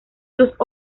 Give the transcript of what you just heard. sus